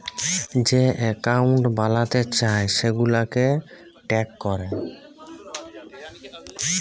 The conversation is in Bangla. যে একাউল্ট বালাতে চায় সেগুলাকে ট্র্যাক ক্যরে